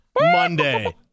Monday